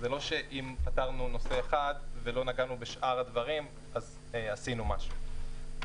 זה לא שאם פתרנו נושא אחד ולא נגענו בשאר הדברים אז עשינו משהו.